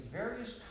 various